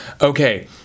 Okay